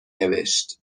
نوشت